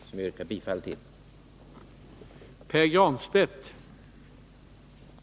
Jag yrkar bifall till utskottets förslag.